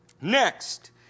Next